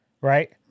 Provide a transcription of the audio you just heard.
right